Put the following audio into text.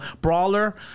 brawler